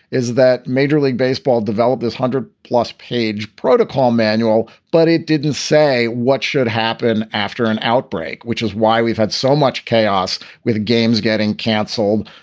is that major league baseball developed this one hundred plus page protocol manual, but it didn't say what should happen after an outbreak, which is why we've had so much chaos with games getting canceled,